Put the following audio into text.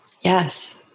Yes